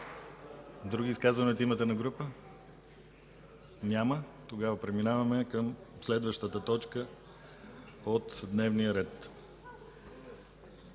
Други изказвания от името на група? Няма. Преминаваме към следващата точка от дневния ред: